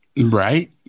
Right